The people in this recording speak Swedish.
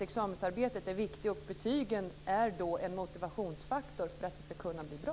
Examensarbetet är viktigt, och betygen är en faktor för att det ska kunna bli bra.